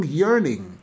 yearning